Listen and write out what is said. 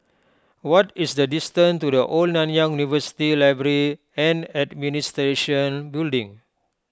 what is the distance to the Old Nanyang University Library and Administration Building